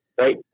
Right